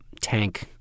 tank